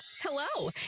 hello